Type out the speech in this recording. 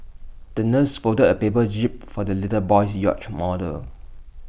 the nurse folded A paper jib for the little boy's yacht model